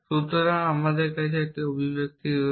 সুতরাং আমাদের কাছে একটি অভিব্যক্তি রয়েছে